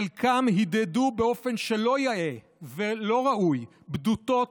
חלקן הדהדו באופן שלא יאה ולא ראוי בדותות,